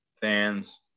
fans